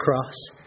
cross